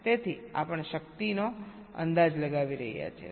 તેથી આપણે પાવરનો અંદાજ લગાવી રહ્યા છીએ